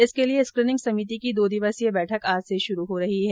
इसके लिये स्क्रीनिंग समिति की दो दिवसीय बैठक आज से शुरू हो रही है